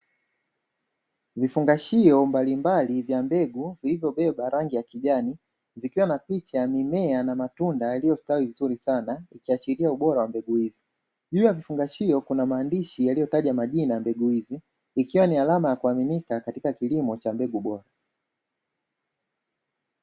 Vifungashio mbalimbali vya mbegu vilivyobeba rangi ya kijani, vikiwa na picha ya mimea na matunda yaliyo stawi vizuri sana vikiashiria ubora wa mbegu hizi, juu ya vifungashio kuna maandishi yanayotaja majina ya mbegu hizi, ikiwa ni alama ya kuaminika katika kilimo cha mbegu bora.